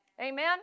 amen